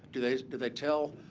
do they do they tell